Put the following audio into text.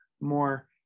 more